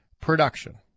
production